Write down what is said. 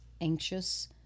anxious